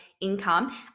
income